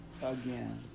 again